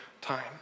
time